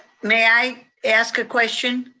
may i ask a question?